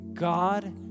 God